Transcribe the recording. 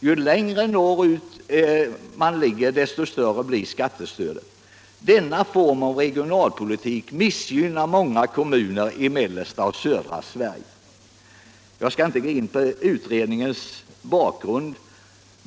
Ju längre nort = Den allmänna ut en kommun ligger desto större blir skattestödet. Denna form av re = arbetsgivaravgiften gionalpolitik missgynnar många kommuner i mellersta och södra Sve — inom det inre rige.” stödområdet Jag skall inte gå in på utredningens bakgrund.